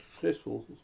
successful